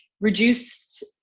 reduced